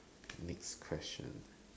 next question